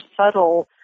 subtle